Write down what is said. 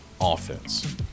offense